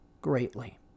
greatly